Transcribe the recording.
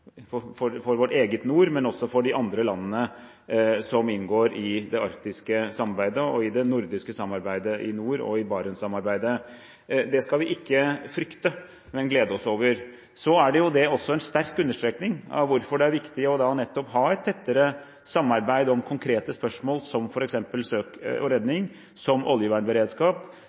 for de andre landene som inngår i det arktiske samarbeidet, i det nordiske samarbeidet i nord og i Barentssamarbeidet. Det skal vi ikke frykte, men glede oss over. Det er også er sterk understreking av hvorfor det er viktig nettopp å ha et tettere samarbeid om konkrete spørsmål, som f.eks. søk og redning, oljevernberedskap